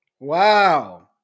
Wow